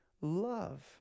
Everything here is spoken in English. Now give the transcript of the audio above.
love